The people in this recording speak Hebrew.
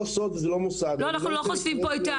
אנחנו לא חושפים פה שמות.